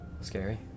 Scary